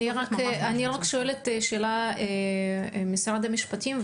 אני רק אשאל שאלה את משרד המשפטים,